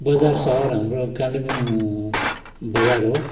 बजार सहर हाम्रो कालेबुङ बजार हो